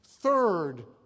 Third